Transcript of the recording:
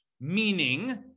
meaning